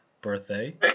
birthday